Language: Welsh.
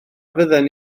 fydden